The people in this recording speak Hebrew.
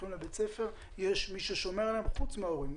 לבית ספר ויש מי שישמור עליהם חוץ מההורים.